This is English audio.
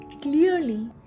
Clearly